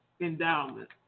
endowment